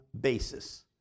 basis